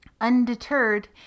Undeterred